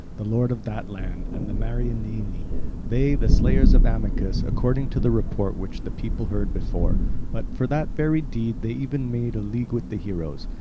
the lord of that land, and the mariandyni they, the slayers of amycus, according to the report which the people heard before but for that very deed they even made a league with the heroes.